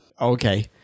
Okay